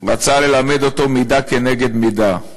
רצה ללמד אותו מידה כנגד מידה.